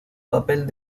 papel